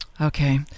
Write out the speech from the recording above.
Okay